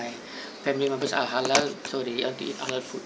~y family members are halal so they have to eat halal food